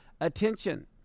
attention